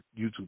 youtube